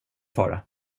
fara